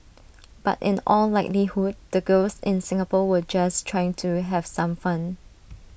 but in all likelihood the girls in Singapore were just trying to have some fun